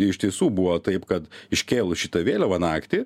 iš tiesų buvo taip kad iškėlus šitą vėliavą naktį